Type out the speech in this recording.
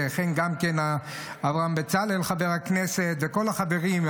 וכן גם חבר הכנסת אברהם בצלאל וכל החברים,